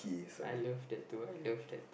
I love that do I love that